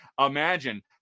imagine